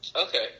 Okay